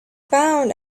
bound